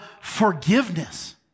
forgiveness